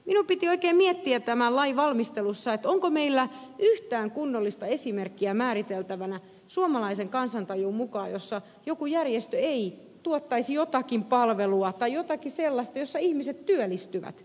minun piti oikein miettiä tämän lain valmistelussa onko meillä yhtään kunnollista esimerkkiä määriteltävänä suomalaisen kansantajun mukaan jossa joku järjestö ei tuottaisi jotakin palvelua tai jotakin sellaista jossa ihmiset työllistyvät